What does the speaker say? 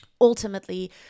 ultimately